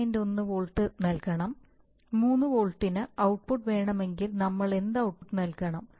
1 volt നൽകണം 3 വോൾട്ടിന്റെ output വേണമെങ്കിൽ നമ്മൾ എന്ത് ഔട്ട്പുട്ട് നൽകണം